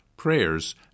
prayers